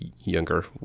younger